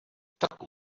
tak